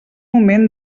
moment